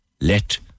let